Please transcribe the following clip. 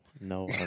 no